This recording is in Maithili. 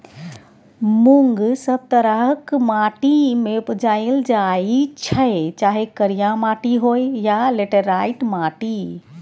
मुँग सब तरहक माटि मे उपजाएल जाइ छै चाहे करिया माटि होइ या लेटेराइट माटि